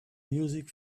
music